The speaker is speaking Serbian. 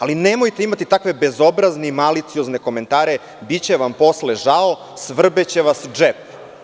Ali, nemojte imati takve bezobrazne i maliciozne komentare – biće vam posle žao, svrbeće vas džep.